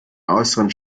äußeren